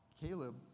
Caleb